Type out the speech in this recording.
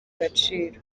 gaciro